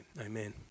Amen